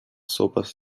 sopas